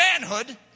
manhood